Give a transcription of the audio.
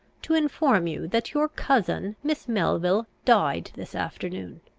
to inform you that your cousin, miss melville, died this afternoon.